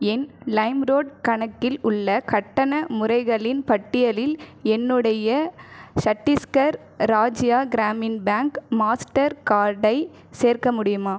என் லைம்ரோட் கணக்கில் உள்ள கட்டண முறைகளின் பட்டியலில் என்னுடைய சட்டீஸ்கர் ராஜ்யா கிராமின் பேங்க் மாஸ்டர் கார்டை சேர்க்க முடியுமா